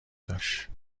داشت